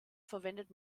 verwendet